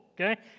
okay